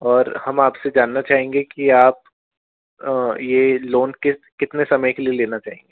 और हम आपसे जानना चाहेंगे कि आप ये लोन कितने समय के लिए लेना चाहेंगे